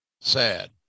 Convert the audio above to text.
sad